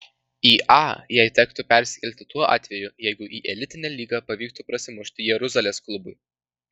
į a jai tektų persikelti tuo atveju jeigu į elitinę lygą pavyktų prasimušti jeruzalės klubui